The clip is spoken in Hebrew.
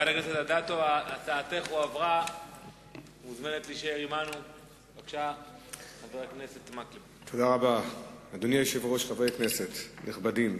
832. אדוני היושב-ראש, חברי כנסת נכבדים,